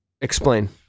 Explain